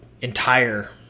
entire